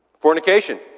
Fornication